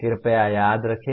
कृपया याद रखें